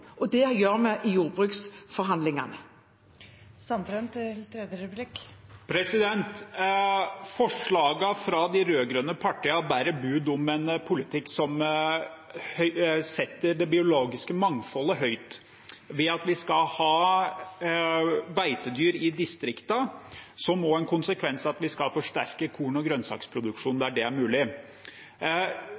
og det gjør vi i jordbruksforhandlingene. Forslagene fra de rød-grønne partiene bærer bud om en politikk som setter det biologiske mangfoldet høyt ved at vi skal ha beitedyr i distriktene, noe som også har som konsekvens at vi skal forsterke korn- og grønnsaksproduksjonen der det er mulig.